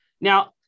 Now